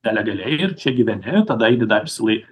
nelegaliai ir čia gyveni tada jeigu dar ir siūlai